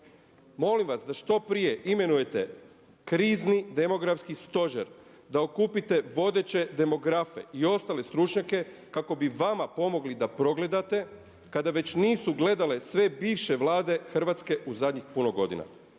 Molim vas da što prije imenujete krizni demografski stožer da okupite vodeće demografe i ostale stručnjake kako bi vama pomogli da progledate, kada već nisu gledale sve bivše vlade Hrvatske u zadnjih puno godina.